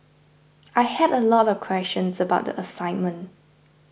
I had a lot of questions about the assignment